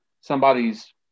somebody's